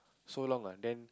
so long ah then